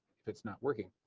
it's not working.